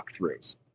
walkthroughs